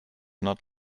not